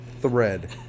thread